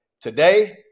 Today